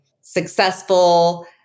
successful